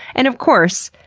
and of course,